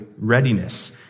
readiness